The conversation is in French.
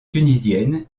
tunisiennes